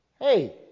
Hey